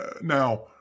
now